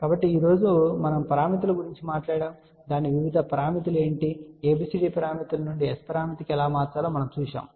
కాబట్టి ఈ రోజు మనం పారామితుల గురించి మాట్లాడాము మరియు దాని వివిధ పారామితులు ఏమిటి ABCD పారామితుల నుండి S పరామితికి ఎలా మార్చాలో చూశాము